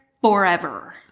forever